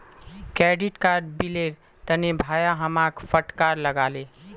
credit card बिलेर तने भाया हमाक फटकार लगा ले